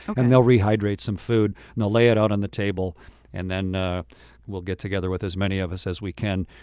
and they'll rehydrate some food and they'll lay it out on the table and then ah we'll get together with as many of us as we can,